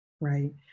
right